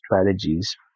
strategies